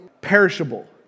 perishable